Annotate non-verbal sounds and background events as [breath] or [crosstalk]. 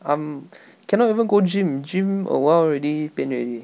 I'm [breath] cannot even go gym gym awhile already pain already